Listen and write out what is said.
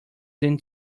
than